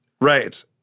Right